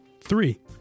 Three